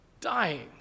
Dying